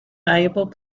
valuable